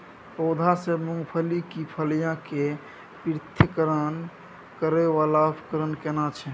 पौधों से मूंगफली की फलियां के पृथक्करण करय वाला उपकरण केना छै?